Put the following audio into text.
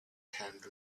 tent